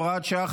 הוראת שעה,